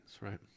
right